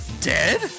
Dead